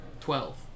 Twelve